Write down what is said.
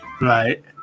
Right